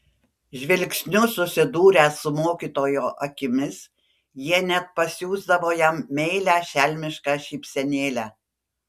žvilgsniu susidūrę su mokytojo akimis jie net pasiųsdavo jam meilią šelmišką šypsenėlę